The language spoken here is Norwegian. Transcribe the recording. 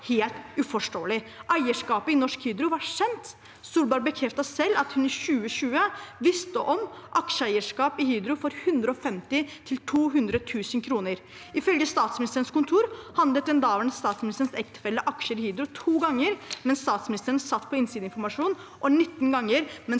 helt uforståelig. Eierskapet i Norsk Hydro var kjent. Solberg bekreftet selv at hun i 2020 visste om aksjeeierskap i Hydro for 150 000– 200 000 kr. Ifølge Statsministerens kontor handlet den daværende statsministerens ektefelle aksjer i Hydro to ganger mens statsministeren satt på innsideinformasjon og 19 ganger mens